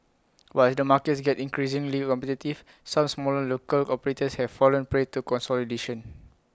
but as the markets gets increasingly competitive some smaller local operators have fallen prey to consolidation